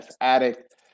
Addict